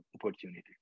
opportunity